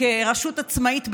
כרשות עצמאית,